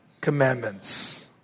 commandments